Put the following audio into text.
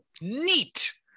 Neat